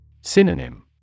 Synonym